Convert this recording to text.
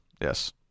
Yes